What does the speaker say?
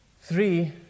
Three